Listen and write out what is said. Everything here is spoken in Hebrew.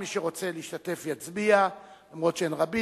מי שרוצה להשתתף יצביע, למרות שאין רבים.